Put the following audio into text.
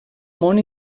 món